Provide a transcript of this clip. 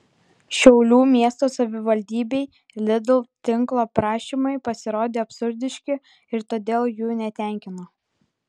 šiaulių miesto savivaldybei lidl tinklo prašymai pasirodė absurdiški ir todėl jų netenkino